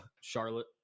Charlotte